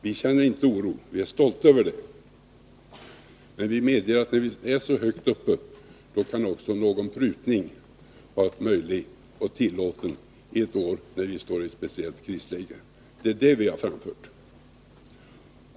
Vi känner inte oro; vi är stolta över det. Men vi medger att när vi är så högt uppe kan också någon prutning vara möjlig och tillåten ett år då vi står i ett speciellt krisläge. Det är den åsikten vi har framfört.